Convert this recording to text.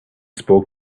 spoke